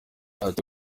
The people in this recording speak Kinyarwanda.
ati